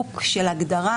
ודיוק של הגדרה,